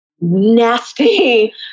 nasty